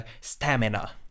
stamina